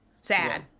Sad